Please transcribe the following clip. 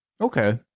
okay